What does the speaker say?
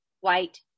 white